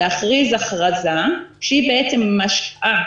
להכריז הכרזה שהיא בעצם משהה,